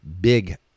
big